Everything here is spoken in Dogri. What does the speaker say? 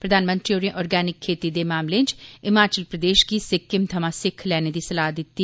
प्रधानमंत्री होरें ऑरगेनिक खेती दे मामले च हिमाचल प्रदेश गी सिक्किम थमां सिक्ख लैने दी सलाह् दितती